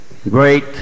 great